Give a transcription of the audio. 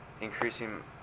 increasing